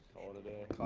call it a day.